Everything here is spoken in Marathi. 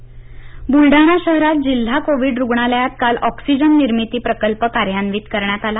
ऑक्सीजन बुलडाणा शहरात जिल्हा कोविड रुग्णालयात काल ऑक्सिजन निर्मिती प्रकल्प कार्यान्वित करण्यात आला